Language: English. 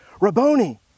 Rabboni